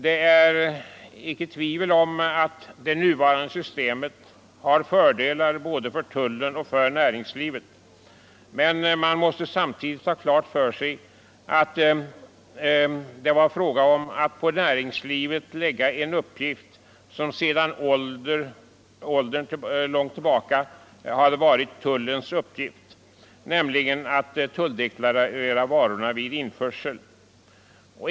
Det är inget tvivel om att det nuvarande systemet har fördelar både för tullen och för näringslivet, men man måste samtidigt ha klart för sig att det var fråga om att på näringslivet lägga en uppgift som sedan lång tid tillbaka hade varit tullens, nämligen att tulldeklarera varorna vid införseln.